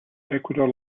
ecuador